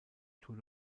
tour